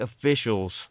officials